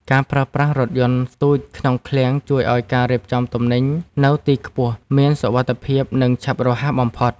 ការប្រើប្រាស់រថយន្តស្ទូចក្នុងឃ្លាំងជួយឱ្យការរៀបចំទំនិញនៅទីខ្ពស់មានសុវត្ថិភាពនិងឆាប់រហ័សបំផុត។